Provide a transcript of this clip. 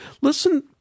Listen